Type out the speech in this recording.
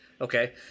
Okay